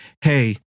hey